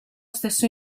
stesso